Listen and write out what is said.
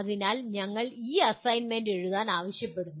അതിനാൽ ഞങ്ങൾ ഈ അസൈൻമെന്റ് എഴുതാൻ ആവശ്യപ്പെടുന്നു